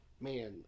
man